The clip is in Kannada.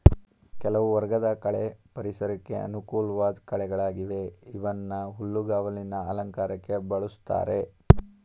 ಕೆಲವು ವರ್ಗದ ಕಳೆ ಪರಿಸರಕ್ಕೆ ಅನುಕೂಲ್ವಾಧ್ ಕಳೆಗಳಾಗಿವೆ ಇವನ್ನ ಹುಲ್ಲುಗಾವಲಿನ ಅಲಂಕಾರಕ್ಕೆ ಬಳುಸ್ತಾರೆ